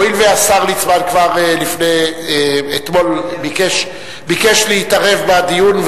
הואיל והשר ליצמן כבר אתמול ביקש להתערב בדיון,